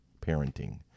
parenting